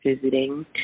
visiting